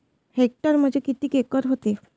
Hectare म्हणजे किती acre व्हते?